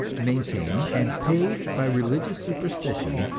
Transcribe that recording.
maintained and paid by religious superstition,